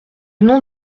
nom